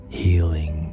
healing